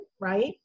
right